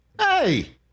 Hey